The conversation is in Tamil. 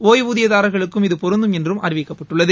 ஒய்வூதியதாரர்களுக்கும் இது பொருந்தும் என்று அறிவிக்கப்பட்டுள்ளது